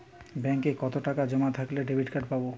ব্যাঙ্কে কতটাকা জমা থাকলে ডেবিটকার্ড পাব?